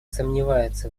сомневается